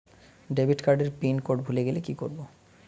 Debit card এর pin code ভুলে গেলে কি করব?